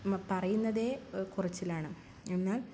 പറയുന്നതേ കുറച്ചിലാണ് എന്നാൽ